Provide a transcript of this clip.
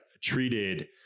treated